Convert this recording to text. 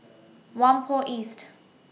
Whampoa East